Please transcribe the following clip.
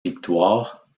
victoire